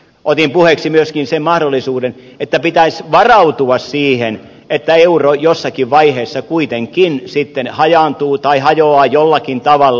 otin puheeksi myöskin sen mahdollisuuden että pitäisi varautua siihen että euro jossakin vaiheessa kuitenkin sitten hajaantuu tai hajoaa jollakin tavalla